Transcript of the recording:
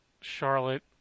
Charlotte